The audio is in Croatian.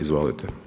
Izvolite.